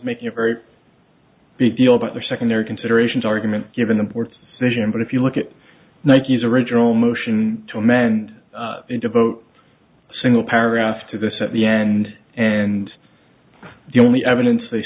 making a very big deal about their secondary considerations argument given the ports vision but if you look at nike's original motion to amend in to vote single paragraph to this at the end and the only evidence they